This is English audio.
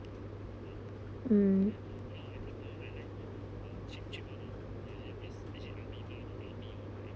um